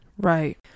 Right